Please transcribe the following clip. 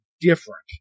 different